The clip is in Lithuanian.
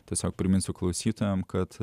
tiesiog priminsiu klausytojams kad